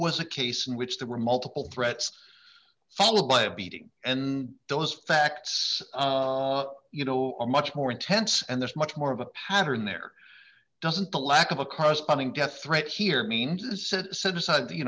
was a case in which there were multiple threats followed by a beating and those facts you know are much more intense and there's much more of a pattern there doesn't the lack of a corresponding death threat here means is said set aside